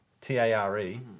T-A-R-E